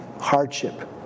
hardship